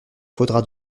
faudra